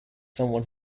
someone